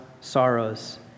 sorrows